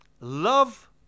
love